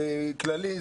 כללי.